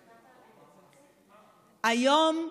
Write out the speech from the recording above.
היום,